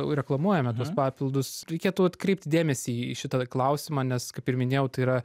reklamuojame tuos papildus reikėtų atkreipti dėmesį į šitą klausimą nes kaip ir minėjau tai yra